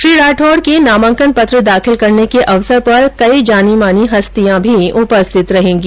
श्री राठौर के नामांकन पत्र दाखिल करने के अवसर पर कई जानी मानी हस्तियां उपस्थत रहेगी